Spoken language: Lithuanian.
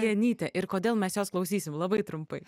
janytė ir kodėl mes jos klausysim labai trumpai